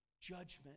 Judgment